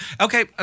Okay